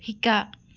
শিকা